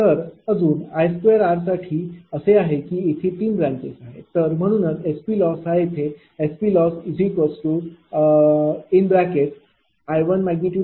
तर अजून I2r साठी असे आहे की येथे 3 ब्रांचेस आहेत तर म्हणून SPLoss हा येथSPLossI12r1I22r2I32r3MVAB×1000 kW 0